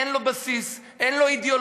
אין לו בסיס, אין לו אידיאולוגיה.